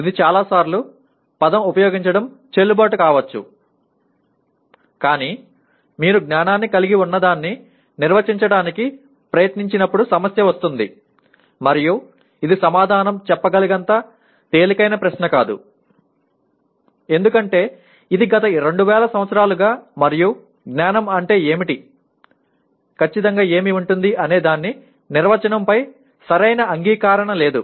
ఇది చాలా సార్లు పదం ఉపయోగించడం చెల్లుబాటు కావచ్చు కానీ మీరు జ్ఞానాన్ని కలిగి ఉన్నదాన్ని నిర్వచించటానికి ప్రయత్నించినప్పుడు సమస్య వస్తుంది మరియు ఇది సమాధానం చెప్పగలంత తేలికైన ప్రశ్న కాదు ఎందుకంటే ఇది గత 2000 సంవత్సరాలుగా మరియు జ్ఞానం అంటే ఏమిటి ఖచ్చితంగా ఏమి ఉంటుంది అనే దాని నిర్వచనం పై సరైన అంగీకారణ లేదు